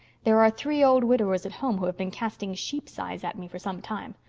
there are three old widowers at home who have been casting sheep's eyes at me for some time.